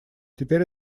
теперь